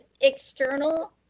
external